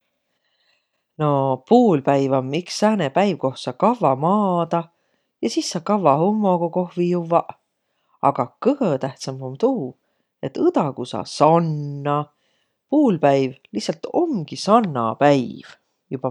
No puulpäiv om iks sääne päiv, ku saa pall'o maadaq. Ja sis saa kavva hummogukohvi juvvaq, agaq kõgõ tähtsämb om tuu, et õdagu saas sanna. Puulpäiv lihtsält omgi sannapäiv.